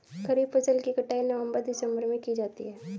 खरीफ फसल की कटाई नवंबर दिसंबर में की जाती है